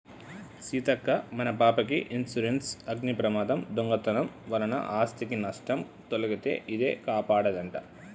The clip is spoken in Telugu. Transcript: సీతక్క మన పాపకి ఇన్సురెన్సు అగ్ని ప్రమాదం, దొంగతనం వలన ఆస్ధికి నట్టం తొలగితే ఇదే కాపాడదంట